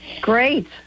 Great